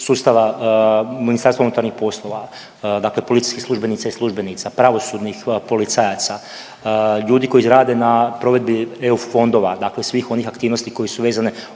sustavima, od sustava MUP-a, dakle policijskih službenica i službenica, pravosudnih policajaca, ljudi koji rade na provedbi EU fondova, dakle svih onih aktivnosti koje su vezane